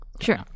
Sure